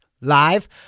live